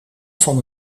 van